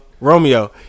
Romeo